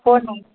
four nine हजुर